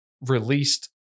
released